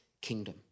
kingdom